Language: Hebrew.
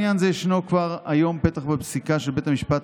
בעניין זה ישנו כבר היום פתח בפסיקה של בית המשפט